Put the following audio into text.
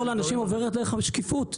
לאנשים עוברת דרך השקיפות,